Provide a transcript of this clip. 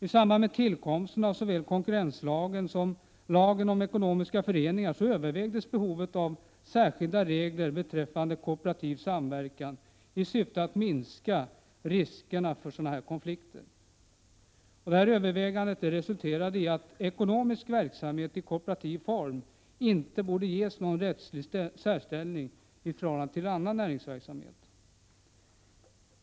I samband med tillkomsten av såväl konkurrenslagen som lagen om ekonomiska föreningar övervägdes behovet av särskilda regler beträffande kooperativ samverkan i syfte att minska riskerna för sådana konflikter. De övervägandena resulterade i att ekonomisk verksamhet i kooperativ form inte borde ges någon rättslig särställning i förhållande till annan näringsverksamhet.